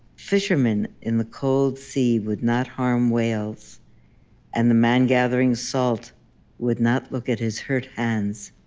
fishermen in the cold sea would not harm whales and the man gathering salt would not look at his hurt hands.